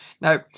now